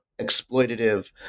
exploitative